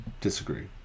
Disagree